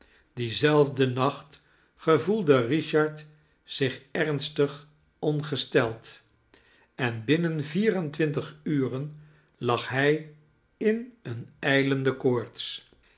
dien zelfden nacht gevoelde richard zich ernstig ongesteld en binnen vier en twintig uren lag hij in eene ijlende koorts